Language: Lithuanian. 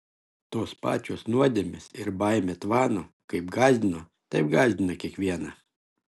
tos pačios nuodėmės ir baimė tvano kaip gąsdino taip gąsdina kiekvieną